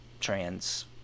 trans